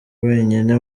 wenyine